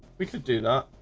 we could do that